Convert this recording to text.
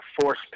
force